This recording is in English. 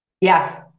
Yes